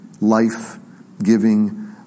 life-giving